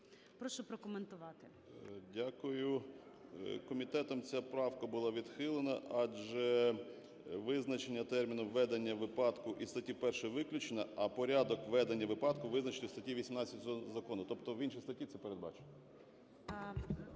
12:52:18 БУРБАК М.Ю. Дякую. Комітетом ця правка була відхилена, адже визначення терміну "ведення випадку" із статті 1 виключено, а "порядок ведення випадку" визначено в статті 18 цього закону, тобто в іншій статті це передбачено.